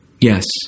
Yes